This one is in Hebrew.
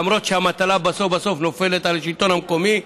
למרות שהמטלה בסוף בסוף נופלת על השלטון המקומי.